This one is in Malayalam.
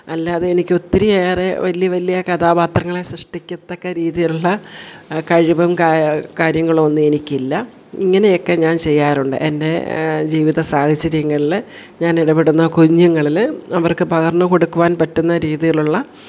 അല്ലാതെയെനിക്ക് ഒത്തിരിയേറെ വലിയ വലിയ കഥാപാത്രങ്ങളെ സൃഷ്ടിക്കത്തക്ക രീതിയിലുള്ള കഴിവും ക കാര്യങ്ങളോ ഒന്നും എനിക്കില്ല ഇങ്ങനെയൊക്കെ ഞാൻ ചെയ്യാറുണ്ട് എൻ്റെ ജീവിത സാഹചങ്ങളിൽ ഞാനിടപ്പെടുന്ന കുഞ്ഞുങ്ങളിൽ അവർക്കു പകർന്നു കൊടുക്കുവാൻ പറ്റുന്ന രീതിയിലുള്ള